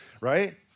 right